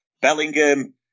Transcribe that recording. Bellingham